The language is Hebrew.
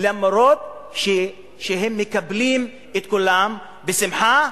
אף שמקבלים את כולם בשמחה,